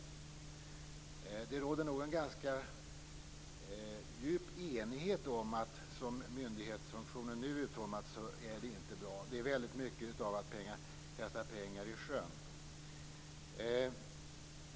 Det råder nog en ganska djup enighet om att myndighetsfunktionen som den nu är utformad inte är bra. Det är väldigt mycket av att kasta pengar i sjön.